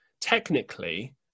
technically